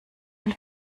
ein